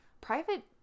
private